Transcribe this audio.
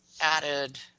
added